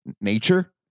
nature